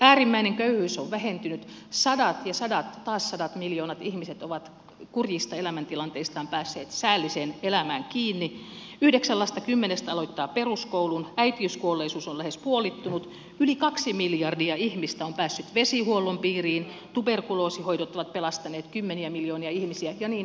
äärimmäinen köyhyys on vähentynyt sadat ja sadat taas sadat miljoonat ihmiset ovat kurjista elämäntilanteistaan päässeet säälliseen elämään kiinni yhdeksän lasta kymmenestä aloittaa peruskoulun äitiyskuolleisuus on lähes puolittunut yli kaksi miljardia ihmistä on päässyt vesihuollon piiriin tuberkuloosihoidot ovat pelastaneet kymmeniä miljoonia ihmisiä ja niin edelleen ja niin edelleen